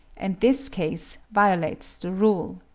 and this case violates the rule.